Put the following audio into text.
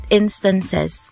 instances